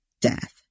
death